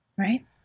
Right